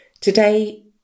today